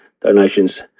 donations